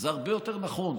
זה הרבה יותר נכון,